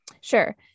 Sure